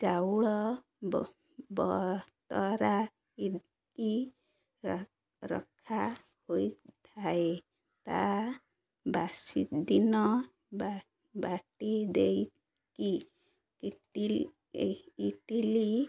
ଚାଉଳ ବତୁରାଇକି ରଖା ହୋଇଥାଏ ତା' ବାସିଦିନ ବା ବାଟି ଦେଇକି ଇଟିଲି